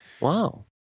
Wow